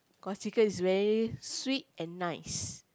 cause chicken is very sweet and nice